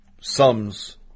sums